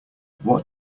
what